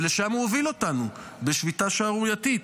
ולשם הוא הוביל אותנו בשביתה שערורייתית.